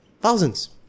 Thousands